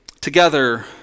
together